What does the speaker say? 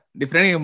different